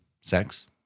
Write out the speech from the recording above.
sex